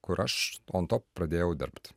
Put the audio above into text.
kur aš onto pradėjau dirbt